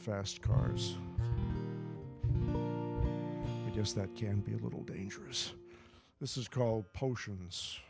fast cars yes that can be a little dangerous this is called potions